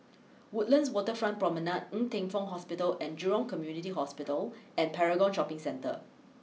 Woodlands Waterfront Promenade Ng Teng Fong Hospital and Jurong Community Hospital and Paragon Shopping Centre